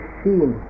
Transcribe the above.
seen